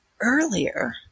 Earlier